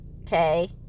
okay